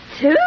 Two